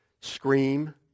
scream